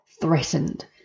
threatened